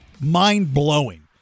mind-blowing